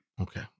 Okay